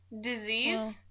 Disease